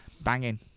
Banging